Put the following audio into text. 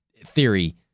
theory